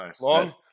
Long